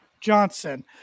Johnson